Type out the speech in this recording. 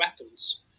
weapons